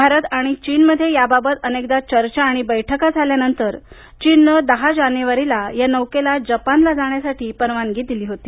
भारत आणि चीनमध्ये याबाबत अनेकदा चर्चा आणि बैठका झाल्यानंतर चीननं दहा जानेवारीला या नौकेला जापानला जाण्यासाठी परवानगी दिली होती